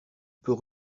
peut